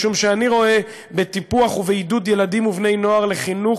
משום שאני רואה בטיפוחם ובעידודם של ילדים ובני-נוער לחינוך